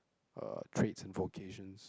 uh trades and vocations